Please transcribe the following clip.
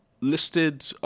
listed